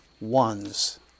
ones